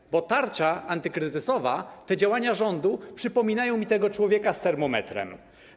Dlatego że tarcza antykryzysowa, te działania rządu przypominają mi tego człowieka z termometrem.